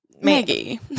Maggie